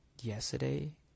yesterday